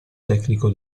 tecnico